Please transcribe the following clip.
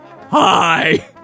Hi